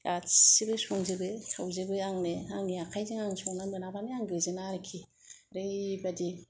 गासिबो संजोबो खावजोबो आंनो आंनि आखायजों आं संनो मोना बानो आं गोजोना आरोखि ओरैबायदि